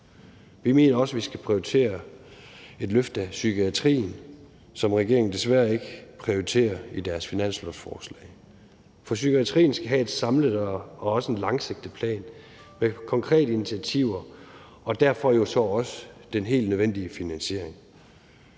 Vi mener også, at vi skal prioritere et løft af psykiatrien, som regeringen desværre ikke prioriterer i deres finanslovsforslag, for psykiatrien skal have en samlet og også langsigtet plan med konkrete initiativer og derfor så også med den helt nødvendige finansiering.